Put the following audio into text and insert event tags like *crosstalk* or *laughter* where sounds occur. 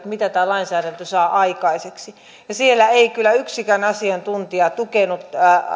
*unintelligible* mitä tämä lainsäädäntö saa aikaiseksi siellä ei kyllä yksikään asiantuntija tukenut